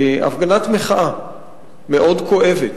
הפגנת מחאה מאוד כואבת,